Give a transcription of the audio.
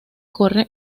corre